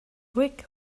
rick